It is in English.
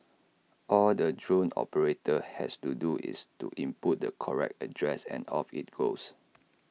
all the drone operator has to do is to input the correct address and off IT goes